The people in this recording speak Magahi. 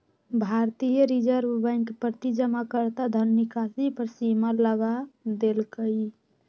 भारतीय रिजर्व बैंक प्रति जमाकर्ता धन निकासी पर सीमा लगा देलकइ